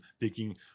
taking